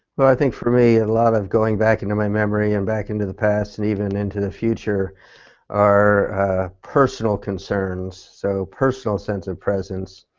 well i think for me a lot of going back into my memory and back into the past and even into the future are personal concerns. some so personal sense of presence.